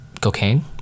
cocaine